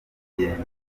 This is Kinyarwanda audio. ingendo